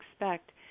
expect